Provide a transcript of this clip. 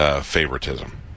Favoritism